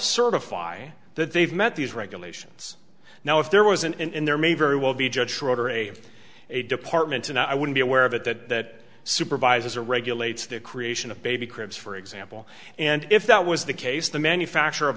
certify that they've met these regulations now if there was an in there may very well be judge order a a department and i would be aware of it that supervisor regulates the creation of baby cribs for example and if that was the case the manufacture of